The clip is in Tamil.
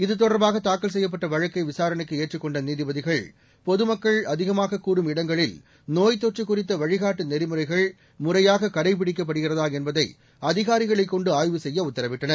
இதுதொடர்பாக தாக்கல் செய்யப்பட்ட வழக்கை விசாரணைக்கு ஏற்றுக் கொண்ட நீதிபதிகள் பொதுமக்கள் அதிகமாக கூடும் இடங்களில் நோய்த் தொற்று குறித்த வழிகாட்டு நெறிமுறைகள் முறையாக கடைபிடிக்கப்படுகிறதா என்பதை அதிகாரிகளைக் கொண்டு ஆய்வு செய்ய உத்தரவிட்டனர்